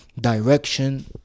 direction